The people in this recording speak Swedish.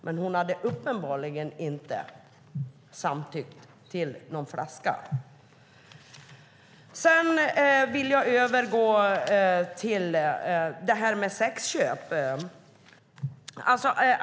Men hon hade uppenbarligen inte samtyckt till någon flaska. Sedan vill jag övergå till sexköp.